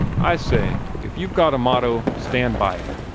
i say, if you've got a motto, stand by it.